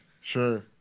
Sure